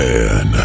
Man